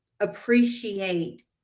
appreciate